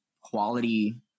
quality